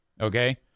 Okay